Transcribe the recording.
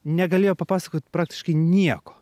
negalėjo papasakot praktiškai nieko